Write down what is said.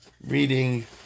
reading